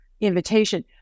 invitation